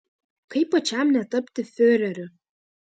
kaip pačiam netapti fiureriu